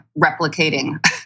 replicating